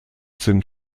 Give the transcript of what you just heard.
sind